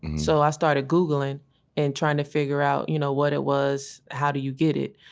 so i started googling and trying to figure out you know what it was, how do you get it.